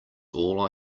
all